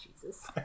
Jesus